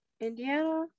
indiana